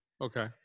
Okay